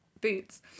boots